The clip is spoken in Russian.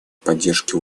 поддержки